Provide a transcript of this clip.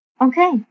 Okay